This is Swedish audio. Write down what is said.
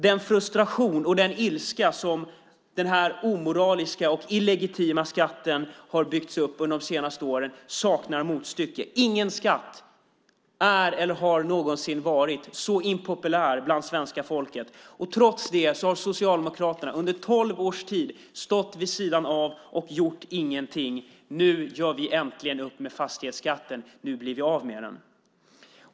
Den frustration och den ilska som den här omoraliska och illegitima skatten har byggt upp under de senaste åren saknar motstycke. Ingen skatt är eller har någonsin varit så impopulär bland svenska folket. Trots det har Socialdemokraterna under tolv års tid stått vid sidan av och inte gjort någonting. Nu gör vi äntligen upp med fastighetsskatten. Nu blir vi av med den.